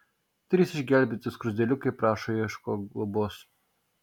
trys išgelbėti skruzdėliukai prašo ieško globos